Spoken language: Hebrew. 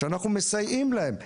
ואנחנו מסייעים להם בכך,